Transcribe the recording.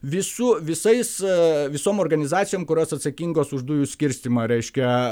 visų visais visom organizacijom kurios atsakingos už dujų skirstymą reiškia